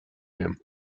him